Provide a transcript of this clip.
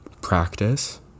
practice